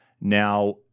Now